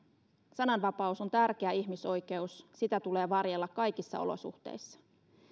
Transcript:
sananvapaus on tärkeä ihmisoikeus sitä tulee varjella kaikissa olosuhteissa